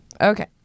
Okay